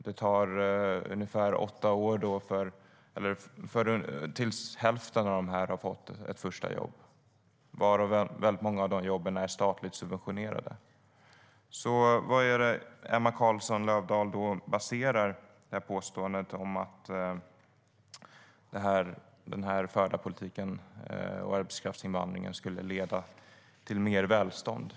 Det tar ungefär åtta år tills hälften av dem har fått ett första jobb, och många av de jobben är statligt subventionerade.